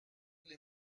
les